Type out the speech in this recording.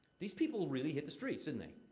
these people really hit the streets, didn't they?